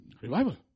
Revival